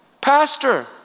Pastor